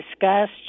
discussed